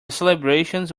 celebrations